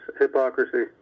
hypocrisy